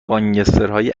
گانگسترهای